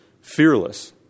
Fearless